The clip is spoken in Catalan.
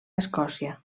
escòcia